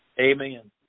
Amen